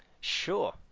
Sure